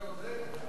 זה עובד?